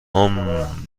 هومممم